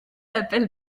appelle